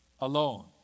alone